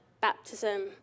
baptism